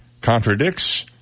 contradicts